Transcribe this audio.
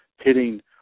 hitting